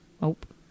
Nope